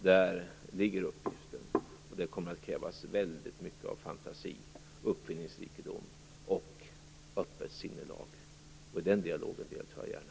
Där ligger uppgiften, och det kommer att krävas väldigt mycket av fantasi, uppfinningsrikedom och öppet sinnelag. I den dialogen deltar jag gärna.